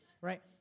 right